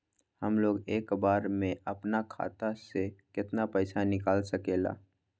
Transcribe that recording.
हमलोग एक बार में अपना खाता से केतना पैसा निकाल सकेला?